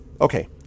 Okay